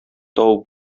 табып